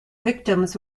victims